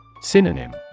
Synonym